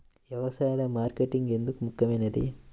వ్యసాయంలో మార్కెటింగ్ ఎందుకు ముఖ్యమైనది?